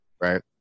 right